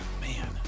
Man